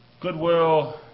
Goodwill